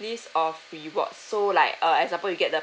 list of rewards so like uh example you get the